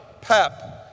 Pep